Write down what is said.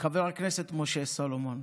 חבר הכנסת משה סולומון.